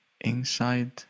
inside